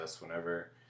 Whenever